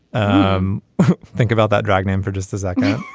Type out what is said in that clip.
um think about that drag them for just a second.